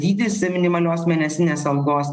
dydis minimalios mėnesinės algos